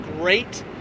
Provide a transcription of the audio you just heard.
great